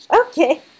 Okay